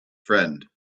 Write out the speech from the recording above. friend